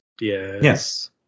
Yes